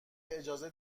اجازه